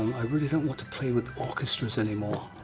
i really don't want to play with orchestras any more.